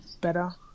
better